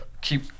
keep